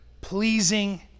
pleasing